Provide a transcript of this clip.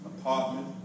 Apartment